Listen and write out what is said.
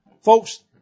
Folks